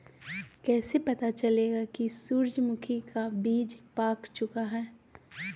कैसे पता चलेगा की सूरजमुखी का बिज पाक चूका है?